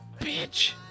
bitch